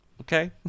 Okay